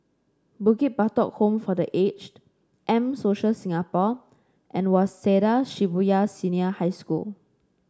Bukit Batok Home for The Aged M Social Singapore and Waseda Shibuya Senior High School